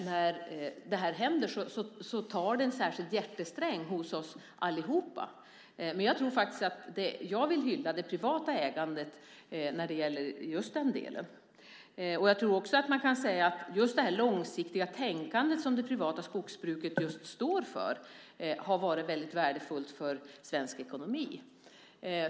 När sådant händer slår det an en särskild hjärtesträng hos oss allihop. Jag vill hylla det privata ägandet när det gäller den delen. Man kan också säga att det långsiktiga tänkande som det privata skogsbruket står för har varit mycket värdefullt för svensk ekonomi.